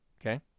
Okay